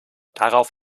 darauf